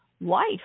life